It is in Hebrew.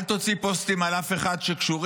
אל תוציא פוסטים על אף אחד שקשור,